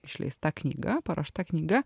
išleista knyga paruošta knyga